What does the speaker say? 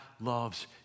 loves